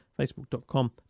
facebook.com